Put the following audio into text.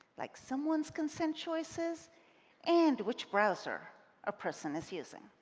like someone's consent choices and which browser a person is using.